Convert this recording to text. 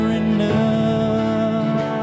enough